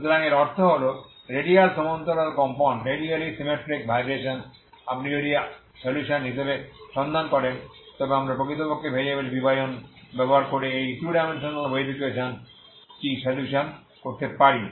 সুতরাং এর অর্থ হল রেডিয়াল সমান্তরাল কম্পন আপনি যদি আপনি সলিউশন হিসাবে সন্ধান করেন তবে আমরা প্রকৃতপক্ষে ভেরিয়েবলের বিভাজন ব্যবহার করে এই 2 ডাইমেনশনাল ওয়েভ ইকুয়েশন টি সলিউশন করতে পারি